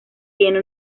tiene